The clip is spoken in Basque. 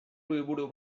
liburu